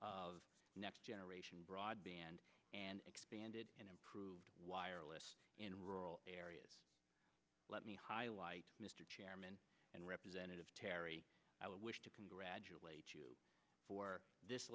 of next generation broadband and expanded and improved wireless in rural areas let me highlight mr chairman and representative terry i wish to congratulate you for this